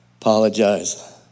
apologize